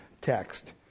text